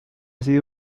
sido